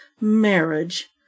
marriage